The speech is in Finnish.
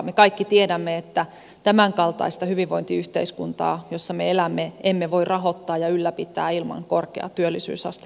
me kaikki tiedämme että tämänkaltaista hyvinvointiyhteiskuntaa jossa me elämme emme voi rahoittaa ja ylläpitää ilman korkeaa työllisyysastetta